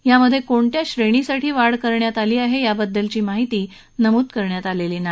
यामधे कोणत्या श्रेणीसाठी ही वाढ करण्यात आली आहे याबद्दलची माहिती नमूद करण्यात आलेली नाही